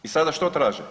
I sada što traže?